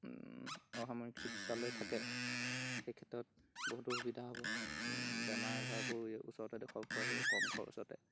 অসামৰিক চিকিৎসালয় থাকে সেইক্ষেত্ৰত বহুতো সুবিধা হ'ব বেমাৰ আজাৰবোৰ ওচৰতে দেখুৱাবপৰা যাব কম খৰচতে